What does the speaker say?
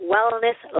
Wellness